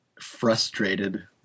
frustrated